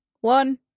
one